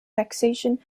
taxation